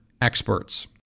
experts